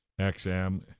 XM